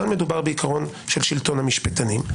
כאן מדובר בעיקרון שלטון המשפטנים.